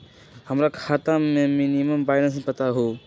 हमरा खाता में मिनिमम बैलेंस बताहु?